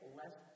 less